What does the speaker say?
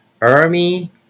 army